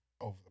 over